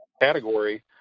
category